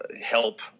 help